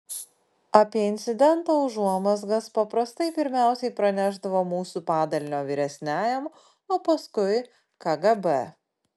apie incidento užuomazgas paprastai pirmiausiai pranešdavo mūsų padalinio vyresniajam o paskui kgb